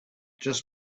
just